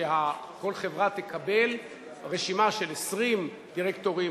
שכל חברה תקבל רשימה של 20 דירקטורים,